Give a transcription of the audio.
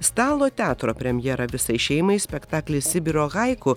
stalo teatro premjera visai šeimai spektaklis sibiro haiku